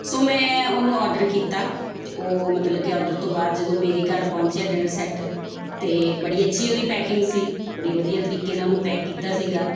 ਸੋ ਮੈਂ ਉਹਨੂੰ ਔਡਰ ਕੀਤਾ ਅਤੇ ਉਹ ਮਤਲਬ ਕਿ ਔਡਰ ਤੋਂ ਬਾਅਦ ਜਦੋਂ ਮੇਰੇ ਘਰ ਪਹੁੰਚਿਆ ਡਿਨਰ ਸੈਟ ਤਾਂ ਬੜੀ ਅੱਛੀ ਉਹਦੀ ਪੈਕਿੰਗ ਸੀ ਬੜੀ ਵਧੀਆ ਤਰੀਕੇ ਨਾਲ ਉਹਨੂੰ ਪੈਕ ਕੀਤਾ ਸੀਗਾ